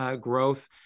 growth